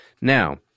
Now